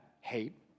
hate